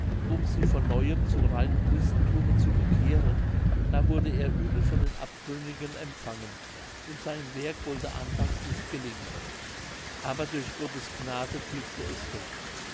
um sie von neuem zum reinen christenthume zu bekehren da wurde er übel von den abtrünnigen empfangen und sein werk wollte anfangs nicht gelingen aber durch gottes gnade glückte es doch